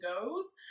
goes